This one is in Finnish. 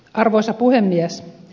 arvoisa puhemies